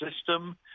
system